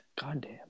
Goddamn